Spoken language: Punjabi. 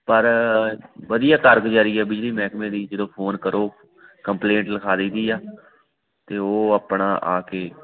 ਪਰ ਵਧੀਆ ਕਾਰਗੁਜ਼ਾਰੀ ਆ ਬਿਜਲੀ ਮਹਿਕਮੇ ਦੀ ਜਦੋਂ ਫੋਨ ਕਰੋ ਕੰਪਲੇਂਟ ਲਿਖਾ ਦੀ ਦੀ ਆ ਅਤੇ ਉਹ ਆਪਣਾ ਆ ਕੇ